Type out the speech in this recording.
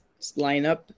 lineup